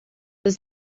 does